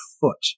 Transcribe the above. foot